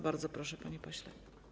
Bardzo proszę, panie pośle.